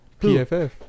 PFF